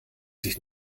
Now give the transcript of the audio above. sich